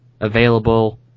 available